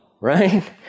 right